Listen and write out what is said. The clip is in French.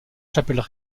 chapelles